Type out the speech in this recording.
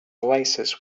oasis